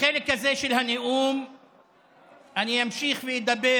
בחלק הזה של הנאום אני אמשיך ואדבר